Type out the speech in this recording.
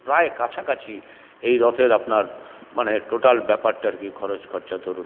প্রায় কাছাকাছি এই রথের আপনার মানে টোটাল ব্যাপারটা আর কি খরচখরচা ধরুন